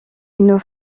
une